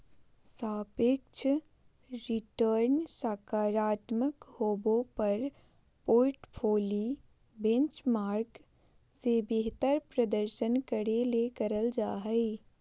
सापेक्ष रिटर्नसकारात्मक होबो पर पोर्टफोली बेंचमार्क से बेहतर प्रदर्शन करे ले करल जा हइ